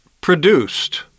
produced